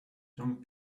young